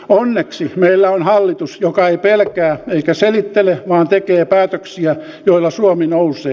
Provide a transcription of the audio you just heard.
onneksi meillä on hallitus joka ei pelkää eikä selittele vaan tekee päätöksiä joilla suomi nousee